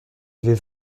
avait